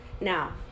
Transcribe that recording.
Now